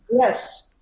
Yes